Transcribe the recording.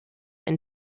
and